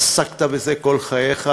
עסקת בזה כל חייך,